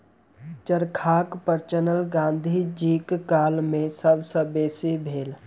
चरखाक प्रचलन गाँधी जीक काल मे सब सॅ बेसी भेल